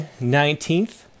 19th